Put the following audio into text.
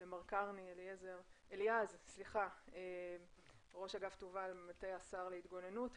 למר אליעז קרני ראש אגף תובל במטה השר להתגוננות.